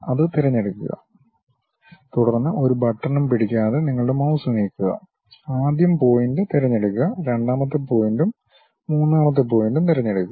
അത് തിരഞ്ഞെടുക്കുക തുടർന്ന് ഒരു ബട്ടണും പിടിക്കാതെ നിങ്ങളുടെ മൌസ് നീക്കുക ആദ്യ പോയിന്റ് തിരഞ്ഞെടുക്കുക രണ്ടാമത്തെ പോയിൻ്റും മൂന്നാമത്തെ പോയിൻ്റും തിരഞ്ഞെടുക്കുക